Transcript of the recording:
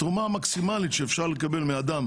התרומה המקסימלית שאפשר לקבל מאדם